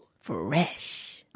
Fresh